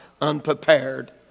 unprepared